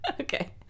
Okay